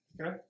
Okay